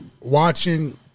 watching